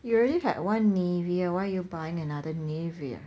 you already had one Nivea why you buying another Nivea